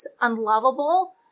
unlovable